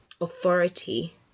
authority